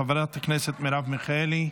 חברת הכנסת מרב מיכאלי,